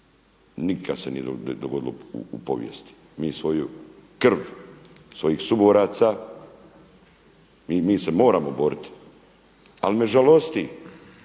nikad se nije dogodilo u povijesti, mi svoju krv svojih suboraca, mi se moramo boriti ali me žalosti